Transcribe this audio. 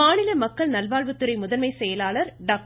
மாநில மக்கள் நல்வாழ்வுத்துறை முதன்மை டாக்டர்